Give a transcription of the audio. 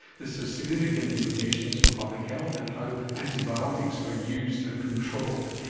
this has significant implications for public health and how antibiotics are used and controlled.